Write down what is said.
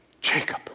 Jacob